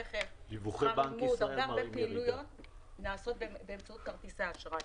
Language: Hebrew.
רכב וכולי נעשים באמצעות כרטיסי האשראי.